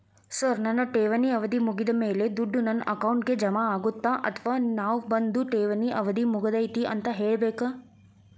Sir ನನ್ನ ಠೇವಣಿ ಅವಧಿ ಮುಗಿದಮೇಲೆ, ದುಡ್ಡು ನನ್ನ ಅಕೌಂಟ್ಗೆ ಜಮಾ ಆಗುತ್ತ ಅಥವಾ ನಾವ್ ಬಂದು ಠೇವಣಿ ಅವಧಿ ಮುಗದೈತಿ ಅಂತ ಹೇಳಬೇಕ?